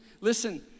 listen